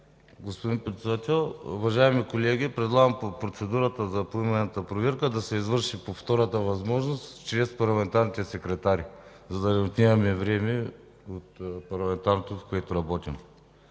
Господин Председател, уважаеми колеги! Предлагам по процедурата за поименната проверка – да се извърши по втората възможност, чрез парламентарните секретари, за да не отнемаме от парламентарното време, с което работим.